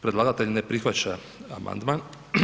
Predlagatelj ne prihvaća amandman.